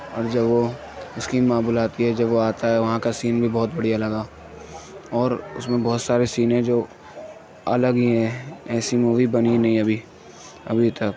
اور جب وہ اُس کی ماں بلاتی ہے جب وہ آتا ہے وہاں کا سین بھی بہت بڑھیا لگا اور اُس میں بہت سارے سین ہیں جو الگ ہی ہیں ایسی مووی بنی نہیں ابھی ابھی تک